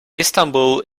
istanbul